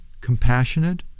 compassionate